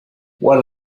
what